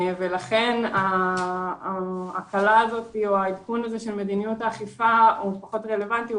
לכן ההקלה או העדכון הזה של מדיניות האכיפה פחות רלוונטי,